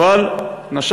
אבל גם לעזוב משפחה,